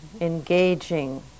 engaging